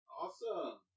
Awesome